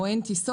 או אין טיסות,